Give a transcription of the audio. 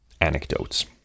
anecdotes